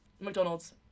McDonald's